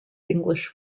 english